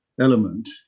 element